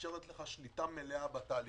מאפשרת לך שליטה מלאה בתהליכים.